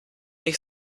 ich